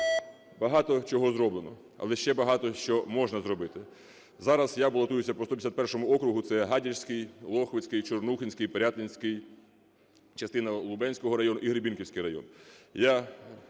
Багато чого зроблено. Але багато що можна зробити. Зараз я балотуюся по 151 округу - це Гадяцький, Лохвицький, Чорнухинський, Пирятинський, частина Лубенського району і Гребінківський район.